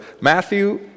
Matthew